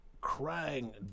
crying